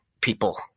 people